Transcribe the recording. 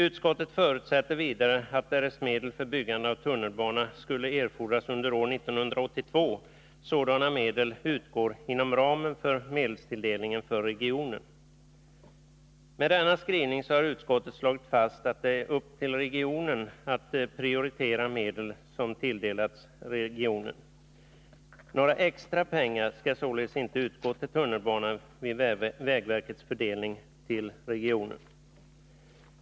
Utskottet förutsätter vidare att därest medel för byggande av tunnelbana skulle erfordras under 1982 sådana medel utgår inom ramen för medelstilldelningen för regionen. Med denna skrivning har utskottet slagit fast att det är upp till regionen att prioritera medel som tilldelats regionen. Några extra pengar skall således inte utgå till tunnelbana vid vägverkets fördelning till regionerna.